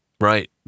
Right